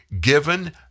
given